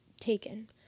taken